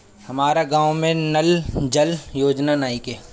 हमारा गाँव मे नल जल योजना नइखे?